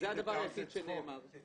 זה הדבר היחיד שנאמר.